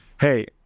hey